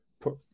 put